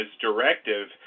directive